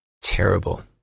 terrible